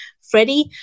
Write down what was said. Freddie